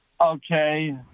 Okay